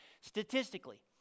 statistically